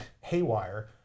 haywire